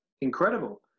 incredible